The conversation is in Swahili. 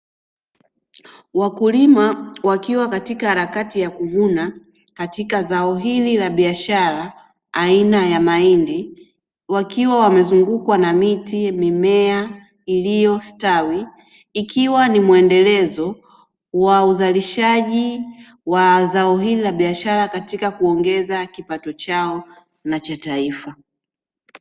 Wakulima wakiwa katika harakati ya kuvuna katika zao hili la biashara aina ya mahindi, wakiwa wamezungukwa na miti, mimea iliyostawi ikiwa ni muendelezo wa uzalishaji wa zao hili la biashara katika kuongeza kipato chao na cha taifa.